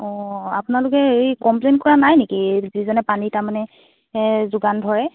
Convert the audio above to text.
অঁ আপোনালোকে এই কমপ্লেইন কৰা নাই নেকি যিজনে পানী তাৰমানে যোগান ধৰে